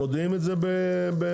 מודיעים את זה ב-סמס.